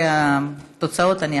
חוק הבוררות (תיקון מס' 3), התשע"ח 2018, נתקבל.